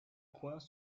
coins